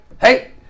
Hey